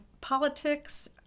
politics